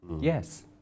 Yes